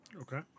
Okay